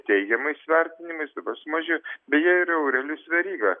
teigiamais vertinimais dabar sumažėjo beje ir aurelijus veryga